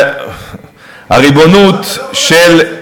הריבונות של,